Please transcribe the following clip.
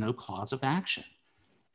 no cause of action